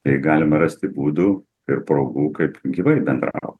tai galima rasti būdų ir progų kaip gyvai bendrau